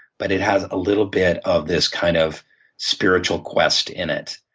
but it has a little bit of this kind of spiritual quest in it.